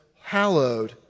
hallowed